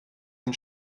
dem